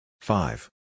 Five